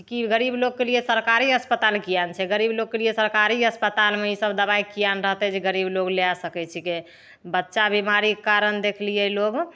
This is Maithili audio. की गरीब लोगके लिए सरकारी अस्पताल किआ नहि छै गरीब लोगके लिए सरकारी अस्पतालमे ईसब दबाइ किआ नहि रहतै जे गरीब लोग लै सकैत छिकै बच्चा बीमारीके कारण देखलिए लोग